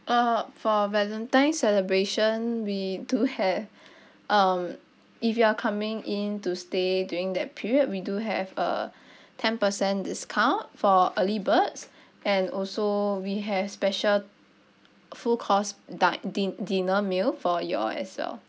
uh for valentine celebration we do have um if you are coming in to stay during that period we do have a ten percent discount for early birds and also we have special full course dine din~ dinner meal for you all as well